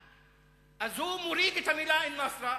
אז הוא מוריד את המלה "אל-נצרא",